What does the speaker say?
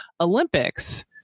Olympics